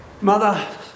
Mother